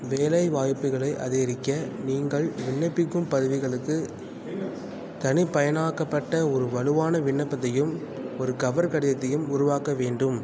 வேலை வாய்ப்புகளை அதிகரிக்க நீங்கள் விண்ணப்பிக்கும் பதவிகளுக்கு தனிப்பயனாக்கப்பட்ட ஒரு வலுவான விண்ணப்பத்தையும் ஒரு கவர் கடிதத்தையும் உருவாக்க வேண்டும்